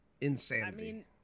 Insanity